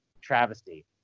travesty